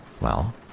Well